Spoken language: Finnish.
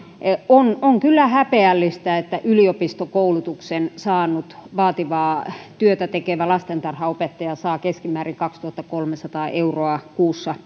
on on kyllä häpeällistä että yliopistokoulutuksen saanut vaativaa työtä tekevä lastentarhanopettaja saa keskimäärin kaksituhattakolmesataa euroa kuussa